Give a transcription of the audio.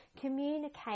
communicate